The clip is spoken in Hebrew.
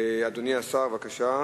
אדוני השר, בבקשה.